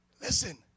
Listen